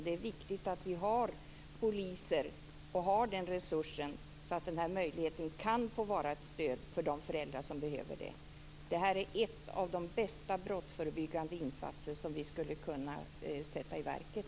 Det är viktigt att vi har poliser och att vi har den resursen, så att denna möjlighet kan få vara ett stöd för de föräldrar som behöver det. Detta är en av de bästa brottsförebyggande insatser som vi skulle kunna sätta i verket.